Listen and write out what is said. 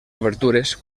obertures